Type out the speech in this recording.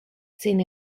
sin